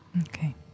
Okay